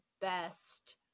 best